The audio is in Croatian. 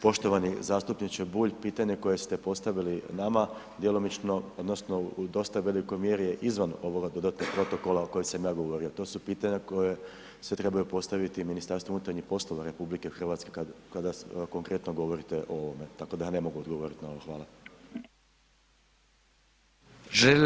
Poštovani zastupniče Bulj, pitanje koje ste postavili nama djelomično odnosno u dosta velikoj mjeri je izvan ovog dodatnog protokola o kojem sam ja govorio, to su pitanja koja se trebaju postaviti MUP-u RH kada konkretno govorite o ovome tako da ja ne mogu odgovoriti na ovo, hvala.